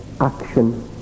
action